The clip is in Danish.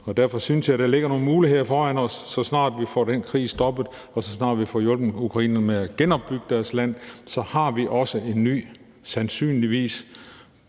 Derfor synes jeg, at der ligger nogle muligheder foran os. Så snart vi får den krig stoppet, og så snart vi får hjulpet ukrainerne med at genopbygge deres land, har vi sandsynligvis